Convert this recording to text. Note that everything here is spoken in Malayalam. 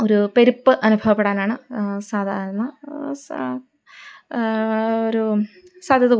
ഒരു പെരുപ്പ് അനുഭവപ്പെടാനാണ് സാധാരണ സ ഒരു സാധ്യത കൂടുതല്